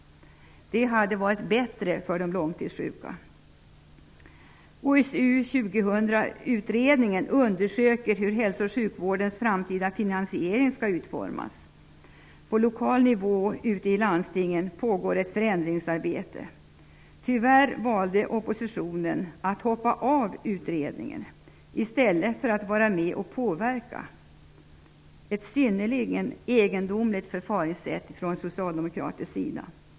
Det hade varit bättre för de långtidssjuka. Utredningen HSU 2000 undersöker hur hälso och sjukvårdens framtida finansiering skall utformas. På lokal nivå ute i landstingen pågår ett förändringsarbete. Tyvärr valde oppositionen att hoppa av utredningen i stället för att vara med och påverka -- ett synnerligen egendomligt förfaringssätt från socialdemokratiskt håll.